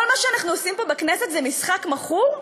כל מה שאנחנו עושים פה בכנסת זה משחק מכור?